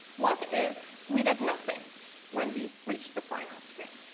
what if we did nothing when we reached the final screen?